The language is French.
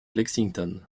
lexington